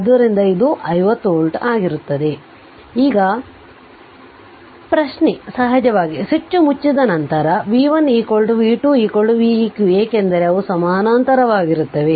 ಆದ್ದರಿಂದ ಇದು 50 ವೋಲ್ಟ್ ಆಗಿರುತ್ತದೆ ಈಗ ಪ್ರಶ್ನೆ ಸಹಜವಾಗಿ ಸ್ವಿಚ್ ಮುಚ್ಚಿದ ನಂತರ v1 v2 v eq ಏಕೆಂದರೆ ಅವು ಸಮಾನಾಂತರವಾಗಿರುತ್ತವೆ